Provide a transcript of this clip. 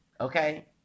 okay